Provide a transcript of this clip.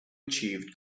achieved